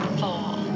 fall